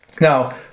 Now